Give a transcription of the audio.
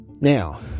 Now